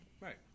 Right